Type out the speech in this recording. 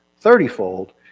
thirtyfold